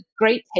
great